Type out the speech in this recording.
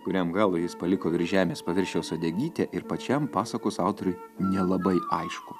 kuriam galui jis paliko virš žemės paviršiaus uodegytę ir pačiam pasakos autoriui nelabai aišku